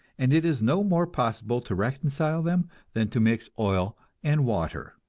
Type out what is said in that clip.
and it is no more possible to reconcile them than to mix oil and water.